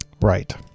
right